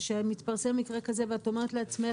שמתפרסם מקרה כזה ואת אומרת לעצמך,